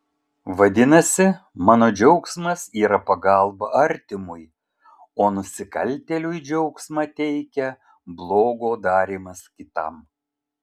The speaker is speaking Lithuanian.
vadinasi mano džiaugsmas yra pagalba artimui o nusikaltėliui džiaugsmą teikia blogo darymas kitam